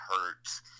Hurts